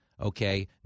Okay